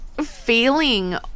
feeling